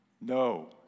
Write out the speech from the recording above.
No